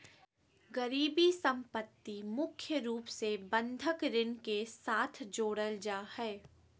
गिरबी सम्पत्ति मुख्य रूप से बंधक ऋण के साथ जोडल जा हय